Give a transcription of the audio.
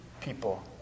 people